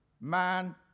Man